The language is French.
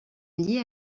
lié